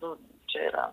nu čia yra